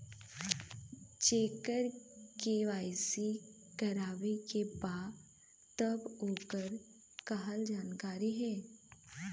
जेकर के.वाइ.सी करवाएं के बा तब ओकर रहल जरूरी हे?